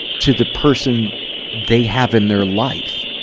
to the person they have in their life